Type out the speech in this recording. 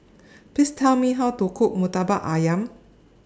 Please Tell Me How to Cook Murtabak Ayam